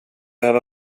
behöva